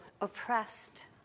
oppressed